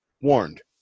warned